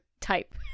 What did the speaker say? type